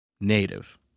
native